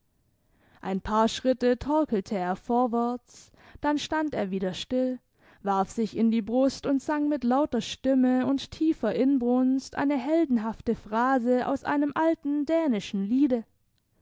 ein paar schritte torkelte er vorwärts dann stand er wieder still warf sich in die brust und sang mit lauter stimme und tiefer inbrunst eine heldenhafte phrase aus einem alten dänischen liede